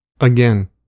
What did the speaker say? Again